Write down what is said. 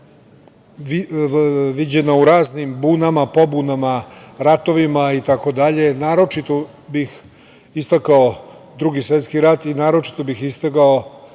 viđena u raznim bunama, pobunama, ratovim, itd, naročito bih istakao Drugi svetski rat i naročito bih istakao